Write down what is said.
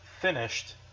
finished